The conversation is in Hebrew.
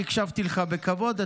אני הקשבתי לך בכבוד,